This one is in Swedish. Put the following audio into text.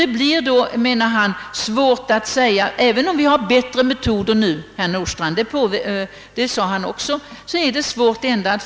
Det blir därför, menade herr Gustafsson, även om vi har bättre undersökningsmetoder nu, svårt att i en undersökning få riktiga resultat.